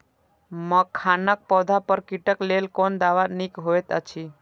मखानक पौधा पर कीटक लेल कोन दवा निक होयत अछि?